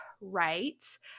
right